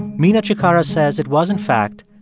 mina cikara says it was, in fact,